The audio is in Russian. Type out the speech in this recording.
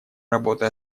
работы